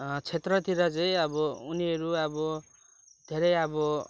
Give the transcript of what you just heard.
क्षेत्रतिर चाहिँ अब उनीहरू अब धेरै अब